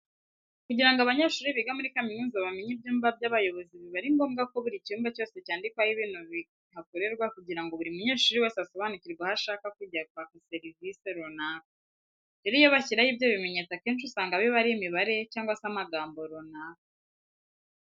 Kugira ngo abanyeshuri biga muri kaminuza bamenye ibyumba by'abayobozi biba ari ngombwa ko buri cyumba cyose cyandikwaho ibintu bihakorerwa kugira ngo buri munyeshuri wese asobanukirwe aho ashaka kujya kwaka serivise runaka. Rero iyo bashyiraho ibyo bimenyetso akenshi usanga biba ari imibare cyangwa se amagambo runaka.